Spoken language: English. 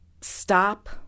stop